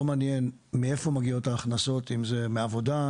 מעניין מאיפה מגיעות ההכנסות בין אם מעבודה,